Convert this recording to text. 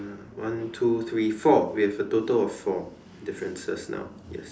one two three four we have a total of four differences now yes